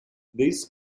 this